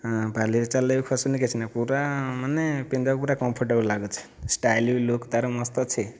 ହୁଁ ବାଲିରେ ଚାଲିଲେ ବି ଖସୁନାହିଁ କିଛି ନାହିଁ ପୂରା ମାନେ ପିନ୍ଧିବାକୁ ପୂରା କମ୍ଫର୍ଟେବଲ୍ ଲାଗୁଛି ଷ୍ଟାଇଲ୍ ବି ଲୁକ୍ ତା'ର ମସ୍ତ ଅଛି